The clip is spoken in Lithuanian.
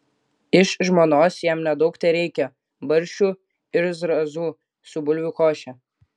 iš žmonos jam nedaug tereikia barščių ir zrazų su bulvių koše